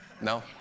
No